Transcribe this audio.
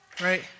right